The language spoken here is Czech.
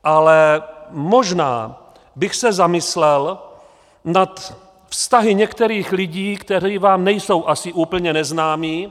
Ale možná bych se zamyslel nad vztahy některých lidí, kteří vám nejsou asi úplně neznámí.